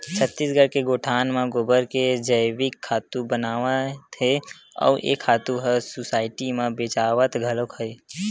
छत्तीसगढ़ के गोठान म गोबर के जइविक खातू बनावत हे अउ ए खातू ह सुसायटी म बेचावत घलोक हे